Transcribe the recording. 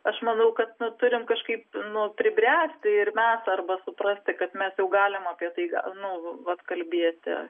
aš manau kad na turim kažkaip nu pribręsti ir mes arba suprasti kad mes jau galim apie tai gal nu vat kalbėti